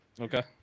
Okay